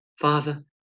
Father